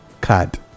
card